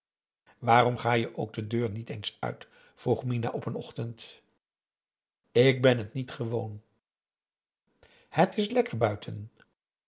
waarom ga je ook de deur niet eens uit vroeg minah op een ochtend k ben het niet gewoon het is lekker buiten